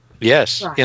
Yes